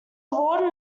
awarded